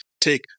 take